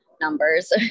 numbers